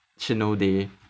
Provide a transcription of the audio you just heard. she know they